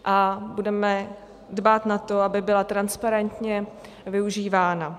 A budeme dbát na to, aby byla transparentně využívána.